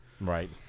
Right